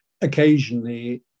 occasionally